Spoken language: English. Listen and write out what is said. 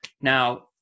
Now